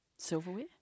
Silverware